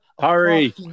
hurry